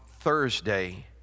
Thursday